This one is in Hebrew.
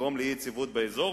ולגרום לאי-יציבות באזור,